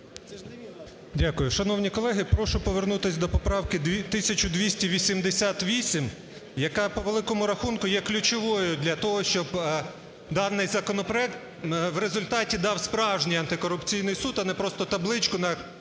Дякую. Шановні колеги, прошу повернутись до поправки 1288, яка, по великому рахунку, є ключовою для того, щоб даний законопроект в результаті дав справжній антикорупційний суд, а не просто табличку на